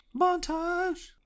Montage